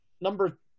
number